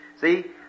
See